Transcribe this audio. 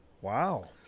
Wow